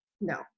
No